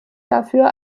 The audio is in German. dafür